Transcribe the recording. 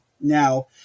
Now